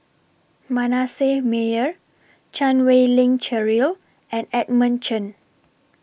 Manasseh Meyer Chan Wei Ling Cheryl and Edmund Chen